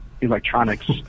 electronics